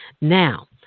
Now